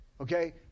Okay